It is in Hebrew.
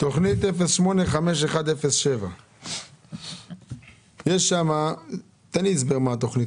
תכנית 08-51-017. תן לי הסבר על התכנית